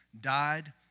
died